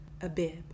Abib